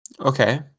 Okay